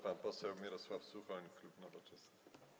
Pan poseł Mirosław Suchoń, klub Nowoczesna.